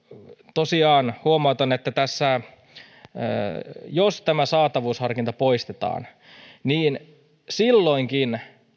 tosiaan huomautan että jos tämä saatavuusharkinta poistetaan niin silloinkin